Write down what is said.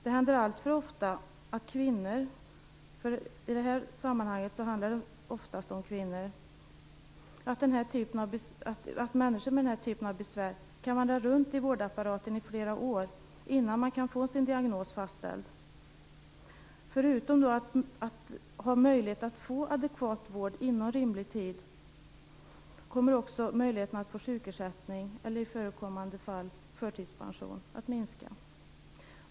Det händer alltför ofta att kvinnor, för i det här sammanhanget handlar det oftast om kvinnor, med den här typen av besvär kan vandra runt i vårdapparaten i flera år innan man kan få sin diagnos fastställd. Förutom möjligheten att få adekvat vård inom rimlig tid kommer också möjligheten att få sjukersättning, eller i förekommande fall förtidspension, att minska.